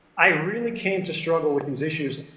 i really came to struggle with these issues,